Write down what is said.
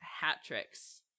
hat-tricks